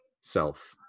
self